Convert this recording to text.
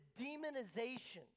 demonization